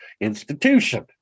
institution